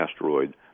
asteroid